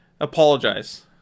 apologize